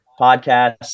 podcast